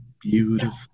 beautiful